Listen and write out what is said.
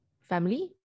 family